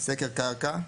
"סקר קרקע"